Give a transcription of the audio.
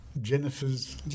jennifer's